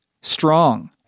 strong